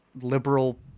liberal